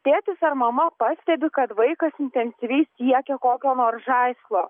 tėtis ar mama pastebi kad vaikas intensyviai siekia kokio nors žaislo